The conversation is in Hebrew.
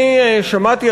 אני שמעתי,